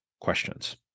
questions